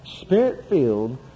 spirit-filled